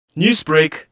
Newsbreak